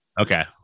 Okay